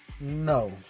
No